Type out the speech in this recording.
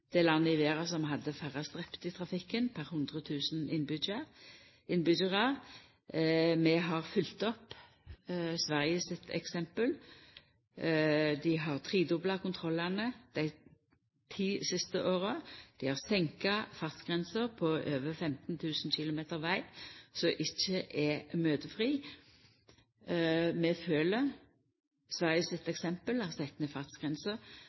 det landet i verda som hadde færrast drepne i trafikken per 100 000 innbyggjarar. Vi har følgt opp Sverige sitt eksempel. Dei har tredobla kontrollane dei ti siste åra, dei har senka fartsgrensa på over 15 000 km veg som ikkje er møtefri. Vi følgjer Sverige sitt